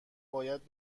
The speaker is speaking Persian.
باید